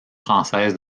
française